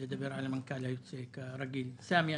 סמי,